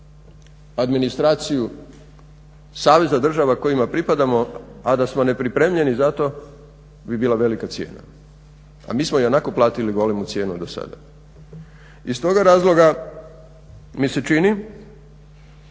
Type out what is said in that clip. administraciju saveza država kojima pripadamo a da smo nepripremljeni za to bi bila velika cijena, a mi smo ionako platili golemu cijenu do sada. Iz toga razloga mi se čini